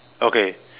okay